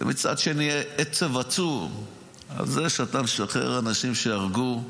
ומצד שני עצב עצור על זה שאתה משחרר אנשים שהרגו.